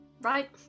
right